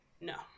no